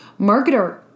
marketer